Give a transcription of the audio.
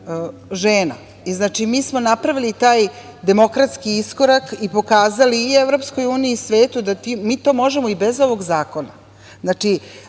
žena. Znači, mi smo napravili taj demokratski iskorak i pokazali i Evropskoj uniji i svetu da mi to možemo i bez ovog zakona. Znači,